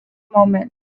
moment